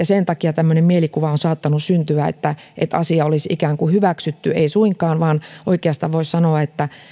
sen takia on saattanut syntyä tämmöinen mielikuva että asia olisi ikään kuin hyväksytty ei suinkaan vaan oikeastaan voisi sanoa että